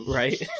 right